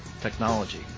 technology